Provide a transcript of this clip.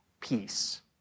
peace